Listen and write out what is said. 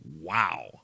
Wow